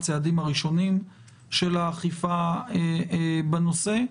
הצעדים הראשונים של האכיפה בנושא.